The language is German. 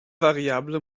variable